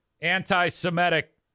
Anti-Semitic